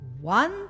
One